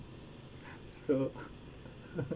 so